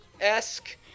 esque